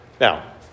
Now